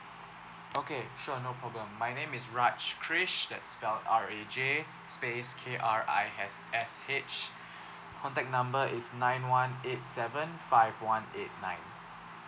okay sure no problem my name is raj krish that's spelt R A J space K R I S H contact number is nine one eight seven five one eight nine